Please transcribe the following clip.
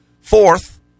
fourth